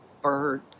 bird